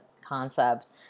concept